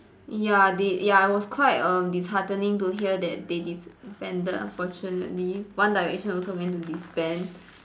ya they ya it was quite err disheartening to hear that they disbanded unfortunately one direction also went to disband